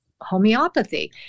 homeopathy